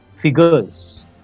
figures